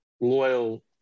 loyal